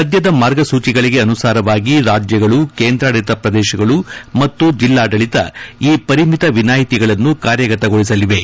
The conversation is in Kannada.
ಸದ್ಯದ ಮಾರ್ಗಸೂಚಿಗಳಿಗೆ ಅನುಸಾರವಾಗಿ ರಾಜ್ಯಗಳು ಕೇಂದ್ರಾಡಳಿತ ಪ್ರದೇಶಗಳು ಮತ್ತು ಜೆಲ್ಲಾಡಳಿತ ಈ ಪರಿಮಿತ ವಿನಾಯಿತಿಗಳನ್ನು ಕಾರ್ಯಗತಗೊಳಿಸಲಿವೆ